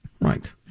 Right